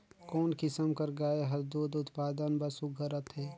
कोन किसम कर गाय हर दूध उत्पादन बर सुघ्घर रथे?